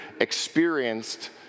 experienced